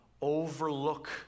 overlook